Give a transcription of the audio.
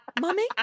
Mummy